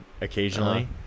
occasionally